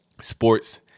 sports